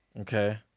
Okay